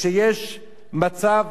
של פדופיליה בקטינים,